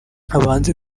abanze